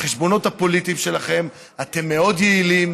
בחשבונות הפוליטיים שלכם אתם מאוד יעילים,